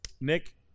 Nick